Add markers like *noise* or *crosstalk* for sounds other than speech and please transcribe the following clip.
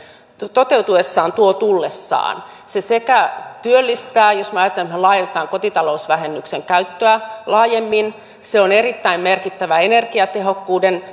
toteutuessaan tuo tullessaan se sekä työllistää jos me ajattelemme että me laajennamme kotitalousvähennyksen käyttöä se on erittäin merkittävä energiatehokkuuden *unintelligible*